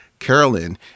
carolyn